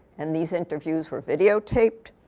and these interviews were videotaped.